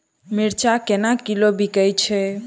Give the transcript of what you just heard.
मिर्चा केना किलो बिकइ छैय?